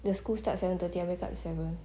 the school starts at seven thirty I wake up at seven